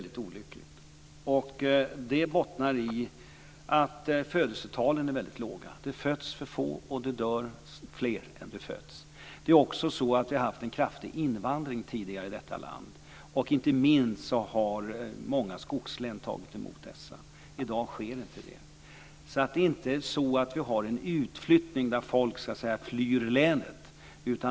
Det bottnar i att födelsetalen är väldigt låga. Det föds för få, och det dör fler än det föds. Vi har också tidigare i detta land haft en kraftig invandring. Inte minst har många skogslän tagit emot dessa människor. I dag sker inte det. Det är inte så att vi har en utflyttning där människor så att säga flyr länet.